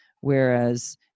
whereas